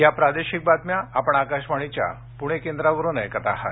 या प्रादेशिक बातम्या आपण आकाशवाणीच्या पृणे केंद्रावरून ऐकत आहात